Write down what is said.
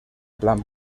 plan